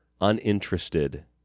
uninterested